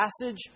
passage